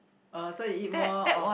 uh so you eat more of